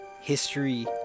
History